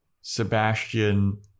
Sebastian